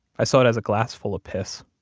i saw it as a glass full of piss.